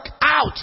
out